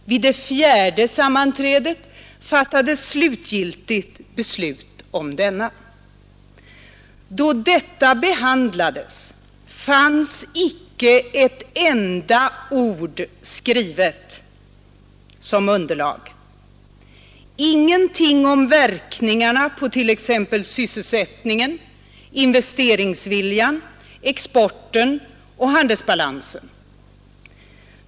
Vid det fjärde sammanträdet fattades slutgiltigt beslut om denna. Då detta behandlades fanns icke ett enda ord skrivet som underlag, ingenting om verkningarna på t.ex. sysselsättningen, investeringsviljan, exporten och handelsbalansen.